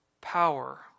power